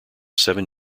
seven